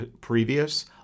previous